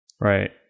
Right